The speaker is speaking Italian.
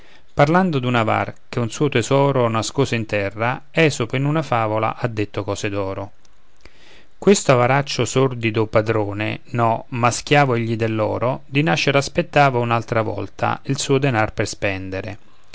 fame parlando d'un avar che un suo tesoro nascose in terra esopo in una favola ha detto cose d'oro questo avaraccio sordido padrone no ma schiavo egli dell'oro di nascere aspettava un'altra volta il suo denar per spendere